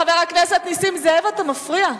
חבר הכנסת נסים זאב, אתה מפריע.